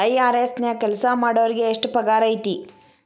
IRS ನ್ಯಾಗ್ ಕೆಲ್ಸಾಮಾಡೊರಿಗೆ ಎಷ್ಟ್ ಪಗಾರ್ ಐತಿ?